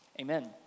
amen